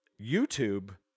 YouTube